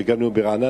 וגם נאום ברעננה,